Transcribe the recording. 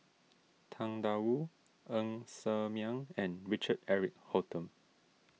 Tang Da Wu Ng Ser Miang and Richard Eric Holttum